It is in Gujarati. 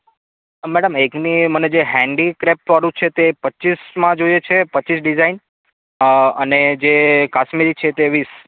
મેડમ એક મેં મને જે હેન્ડીક્રાફ્ટ વાળું છે તે એ પચીસમાં જોઈએ છે પચીસ ડિઝાઈન અને જે કાશ્મીરી છે તે વીસ